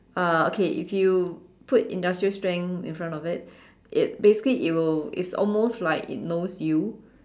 uh okay if you put industrial strength in front of it basically it will it's almost like it knows you